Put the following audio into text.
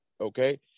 okay